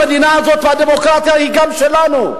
המדינה הזאת והדמוקרטיה היא גם שלנו.